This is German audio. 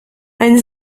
ein